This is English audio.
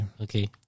okay